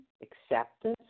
acceptance